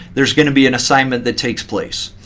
there's going to be an assignment that takes place.